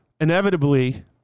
inevitably